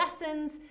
lessons